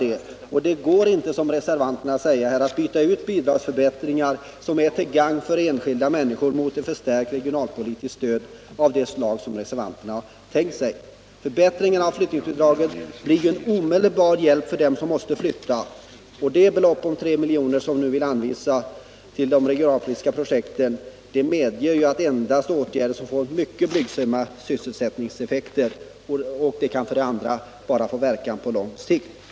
Det går inte att säga, som reservanterna gör, att man kan byta ut bidragsförbättringar, som är till gagn för enskilda människor, mot ett förstärkt regionalpolitiskt stöd av det slag som reservanterna har förordat. Förbättringen av flyttningsbidraget blir ju en omedelbar hjälp för dem som måste flytta, och det belopp om 3 miljoner som centern vill anvisa till de regionalpolitiska projekten medger för det första endast åtgärder som får mycket blygsamma sysselsättningseffekter. För det andra kan de bara få verkan på lång sikt.